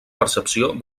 percepció